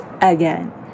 again